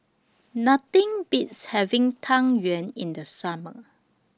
Nothing Beats having Tang Yuen in The Summer